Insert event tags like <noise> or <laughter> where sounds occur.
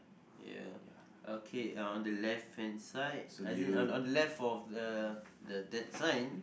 ya <noise> okay on the left hand side as in on on the left of the the that sign